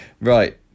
Right